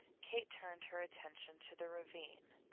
kate turned her attention to the ravine.